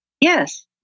Yes